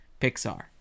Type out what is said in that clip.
Pixar